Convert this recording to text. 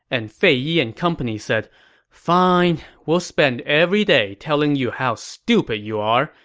and fei yi and company said fine, we'll spend every day telling you how stupid you are,